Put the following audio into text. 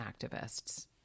activists